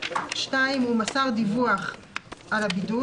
2. הוא מסר דיווח על הבידוד,